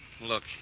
Look